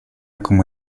como